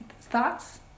thoughts